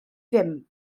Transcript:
ddim